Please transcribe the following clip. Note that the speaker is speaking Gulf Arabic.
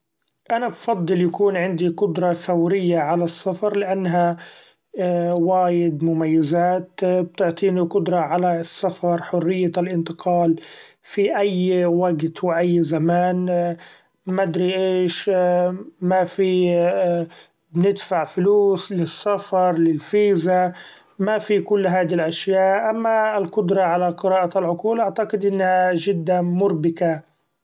أنا بفضل يكون عندي قدرة فورية علي السفر لأنها وايد مميزات بتعطيني قدرة علي السفر حرية الإنتقال في أي وقت و أي زمان مدري ايش ما في بندفع فلوس للسفر لل Visa ما في كل هاد الاشياء ، أما القدرة علي قراءة العقول أعتقد إنها جدا مربكة.